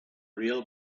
real